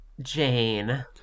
Jane